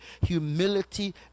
humility